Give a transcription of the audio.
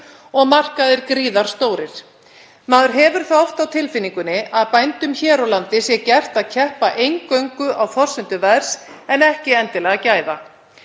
og markaðir gríðarstórir. Maður hefur það oft á tilfinningunni að bændum hér á landi sé gert að keppa eingöngu á forsendum verðs en ekki endilega gæða.